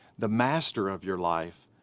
the master of your life,